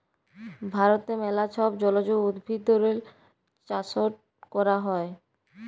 ভারতে ম্যালা ছব জলজ উদ্ভিদেরলে চাষট ক্যরা হ্যয়